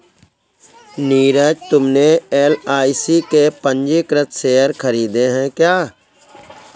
नीरज तुमने एल.आई.सी के पंजीकृत शेयर खरीदे हैं क्या?